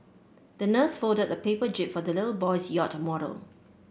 the nurse folded a paper jib for the little boy's yacht model